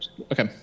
Okay